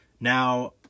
now